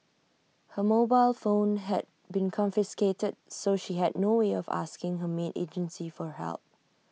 her mobile phone had been confiscated so she had no way of asking her maid agency for help